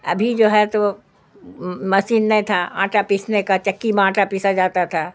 ابھی جو ہے تو مسین نہیں تھا آٹا پیسنے کا چکی میں آٹا پیسا جاتا تھا